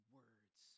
words